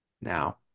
now